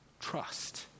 Trust